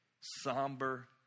Somber